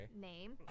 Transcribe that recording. name